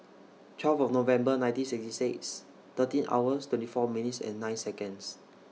twelve November nineteen sixty six thirteen hours twenty four minutes and nine Seconds